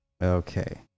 Okay